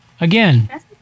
Again